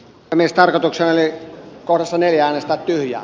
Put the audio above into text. tennis tartossani corson ei äänestää jaa